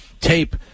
tape